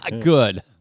Good